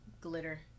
Glitter